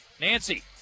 Nancy